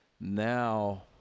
Now